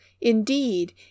Indeed